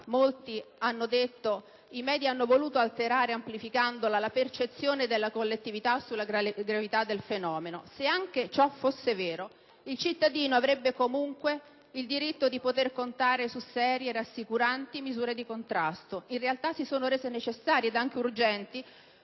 molti hanno detto, i *media* hanno voluto alterare, amplificandola, la percezione della collettività sulla gravità del fenomeno. Se anche ciò fosse vero, il cittadino avrebbe comunque il diritto di poter contare su serie e rassicuranti misure di contrasto. In realtà, queste si sono rese necessarie ed anche urgenti,